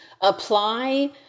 apply